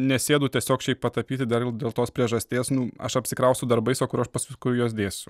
nesėdu tiesiog šiaip patapyti dar ir dėl tos priežasties nu aš apsikrausiu darbais o kur aš paskui juos dėsiu